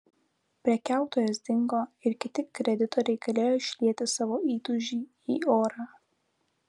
prekiautojas dingo ir kiti kreditoriai galėjo išlieti savo įtūžį į orą